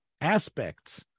aspects